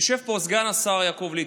יושב פה סגן השר יעקב ליצמן.